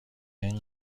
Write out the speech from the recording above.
این